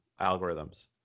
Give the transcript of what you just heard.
algorithms